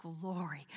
glory